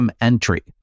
entry